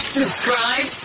subscribe